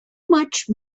much